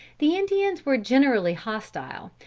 the indians were generally hostile,